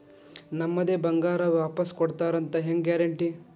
ನಮ್ಮದೇ ಬಂಗಾರ ವಾಪಸ್ ಕೊಡ್ತಾರಂತ ಹೆಂಗ್ ಗ್ಯಾರಂಟಿ?